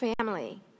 family